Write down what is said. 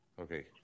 Okay